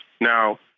Now